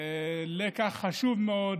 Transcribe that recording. לקח חשוב מאוד